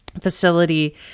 facility